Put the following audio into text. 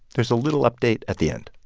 there's a little update at the end